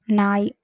நாய்